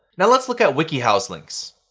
now let's look at wikihow's links.